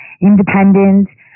independent